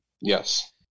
Yes